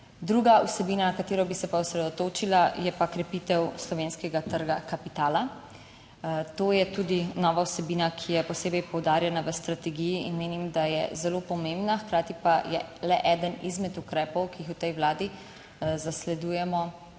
Druga vsebina, na katero bi se pa osredotočila je pa krepitev slovenskega trga kapitala. To je tudi nova vsebina, ki je posebej poudarjena v strategiji in menim, da je zelo pomembna. Hkrati pa je le eden izmed ukrepov, ki jih v tej Vladi zasledujemo